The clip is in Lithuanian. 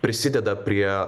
prisideda prie